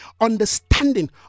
understanding